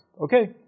Okay